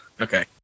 Okay